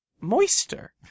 moister